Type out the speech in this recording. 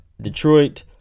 Detroit